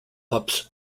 ups